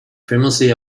famously